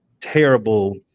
terrible